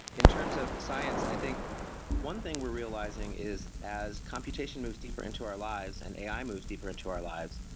in terms of science, i think one thing we're realizing is as computation moves deeper into our lives and ai moves deeper into our lives,